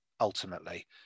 ultimately